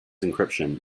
encryption